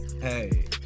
Hey